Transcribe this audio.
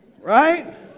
right